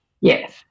Yes